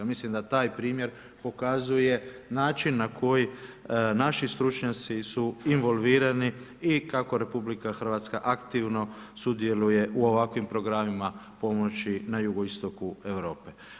Mislim da taj primjer pokazuje način na koji naši stručnjaci su involvirani i kako RH, aktivno sudjeluje u ovakvim programima pomoći na jugoistoku Europe.